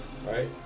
right